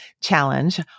challenge